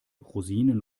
rosinen